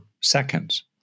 seconds